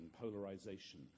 polarization